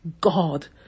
God